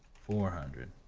four hundred.